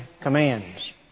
commands